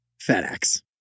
FedEx